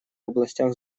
областях